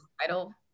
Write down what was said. title